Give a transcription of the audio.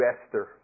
Esther